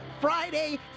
Friday